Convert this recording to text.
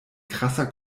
krasser